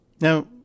Now